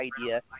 idea